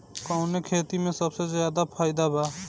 कवने खेती में सबसे ज्यादा फायदा बा?